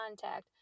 contact